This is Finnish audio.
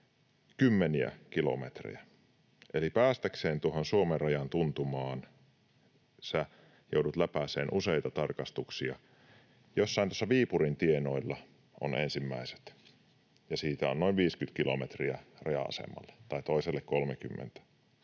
kymmeniä kilometrejä, eli päästäkseen tuohon Suomen rajan tuntumaan joudut läpäisemään useita tarkastuksia. Jossain Viipurin tienoilla on ensimmäiset, ja siitä on noin 50 kilometriä raja-asemalle, toiselle 30. Se on vähän